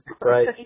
Right